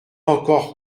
encore